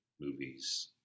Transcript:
movies